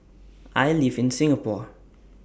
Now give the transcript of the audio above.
I live in Singapore